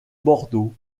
bordeaux